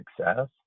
success